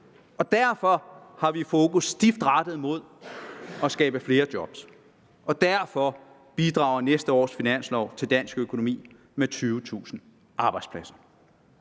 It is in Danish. Derfor har vi fokus stift rettet mod at skabe flere job. Derfor bidrager næste års finanslov til dansk økonomi med 20.000 arbejdspladser.